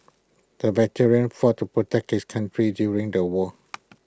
the veteran fought to protect his country during the war